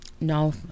No